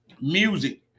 music